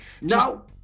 No